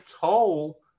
toll